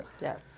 Yes